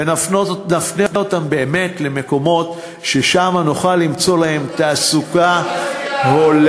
ונפנה את הנשים באמת למקומות ששם נוכל למצוא להן תעסוקה הולמת.